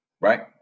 right